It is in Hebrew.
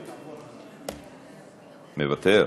מוותר,